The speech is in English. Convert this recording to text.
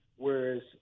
Whereas